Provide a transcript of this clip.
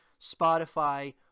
spotify